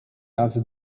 razy